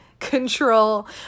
control